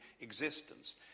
existence